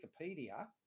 Wikipedia